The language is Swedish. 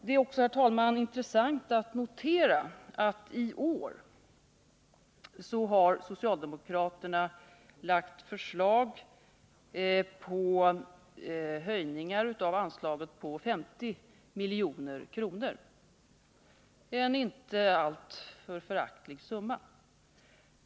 Det är också, herr talman, intressant att notera att i år har socialdemokraterna lagt fram förslag om höjningar av anslaget med 50 milj.kr. — en inte föraktlig summa.